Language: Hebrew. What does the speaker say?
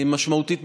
משמעותית,